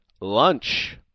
Lunch